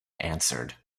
answered